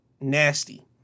nasty